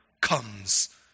comes